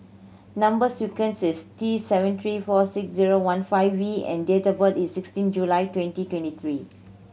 number sequence is T seven three four six zero one five V and date of birth is sixteen July twenty twenty three